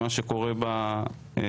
ממה שקורה בסופרים.